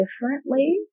differently